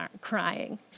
crying